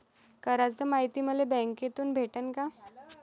कराच मायती मले बँकेतून भेटन का?